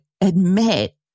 admit